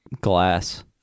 glass